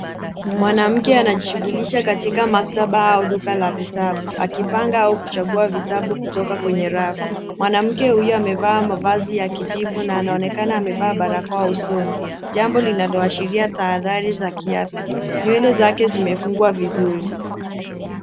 Mwanamke anajishugulisha katika maktaba au duka la vitabu akipanga au kuchagua vitabu kutoka kwenye rafu. Mwanamke huyo amevaa mavazi ya kijivu na anaonekana amevaa barakoa usoni. Jambo linaloashiria tahadhari za kiafya. Nywele zake zimefungwa vizuri.